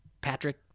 Patrick